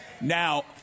Now